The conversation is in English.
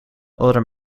other